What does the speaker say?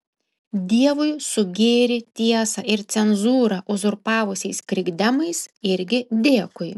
dievui su gėrį tiesą ir cenzūrą uzurpavusiais krikdemais irgi dėkui